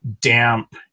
damp